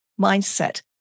mindset